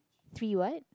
three what